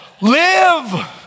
Live